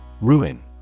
Ruin